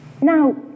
Now